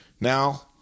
Now